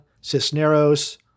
Cisneros